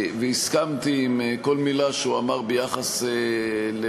והסכמתי עם כל מילה שהוא אמר ביחס לאופן